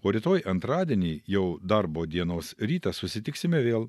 o rytoj antradienį jau darbo dienos rytą susitiksime vėl